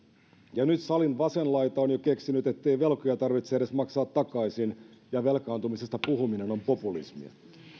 ja nyt salin vasen laita on jo keksinyt ettei velkoja tarvitse edes maksaa takaisin ja velkaantumisesta puhuminen on populismia